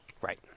Right